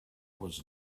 was